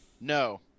No